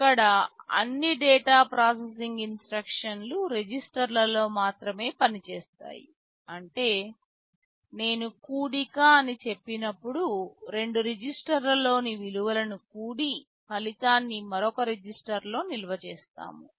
ఇక్కడ అన్ని data processing instruction లు రిజిస్టర్లలో మాత్రమే పనిచేస్తాయి అంటే నేను కూడిక అని చెప్పినప్పుడు రెండు రిజిస్టర్లలోని విలువలను కూడి ఫలితాన్ని మరొక రిజిస్టర్లో నిల్వ చేస్తాము